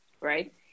right